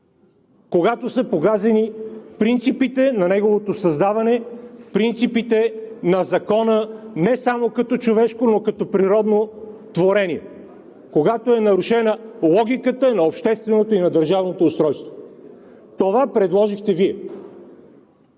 когато са погазени принципите на неговото създаване, принципите на закона не само като човешко, но и като природно творение, когато е нарушена логиката на общественото и държавното устройство. Това предложихте Вие.